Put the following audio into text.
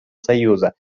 союза